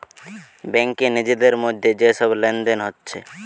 ব্যাংকে নিজেদের মধ্যে যে সব লেনদেন হচ্ছে